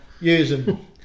Using